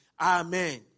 Amen